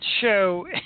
show